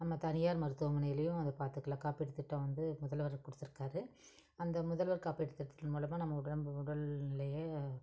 நம்ம தனியார் மருத்துவமனையிலேயும் அதை பார்த்துக்கலாம் காப்பீட்டு திட்டம் வந்து முதல்வர் கொடுத்துருக்குறாரு அந்த முதல்வர் காப்பீட்டு திட்டத்தின் மூலமாக நம்ம உடம்பு உடல்நிலையை